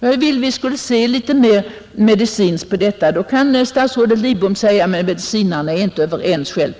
Jag vill att vi skall se mera medicinskt på detta problem. Då kan statsrådet Lidbom givetvis säga att medicinarna inte är överens själva.